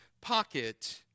pocket